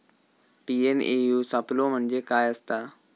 TNAU सापलो म्हणजे काय असतां?